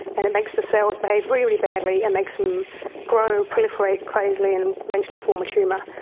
and it makes the cells behave really, really badly and makes them grow, proliferate crazily and eventually form a tumour.